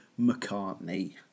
mccartney